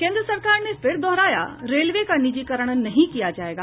केन्द्र सरकार ने फिर दोहराया रेलवे का निजीकरण नहीं किया जायेगा